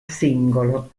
singolo